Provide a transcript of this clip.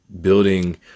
building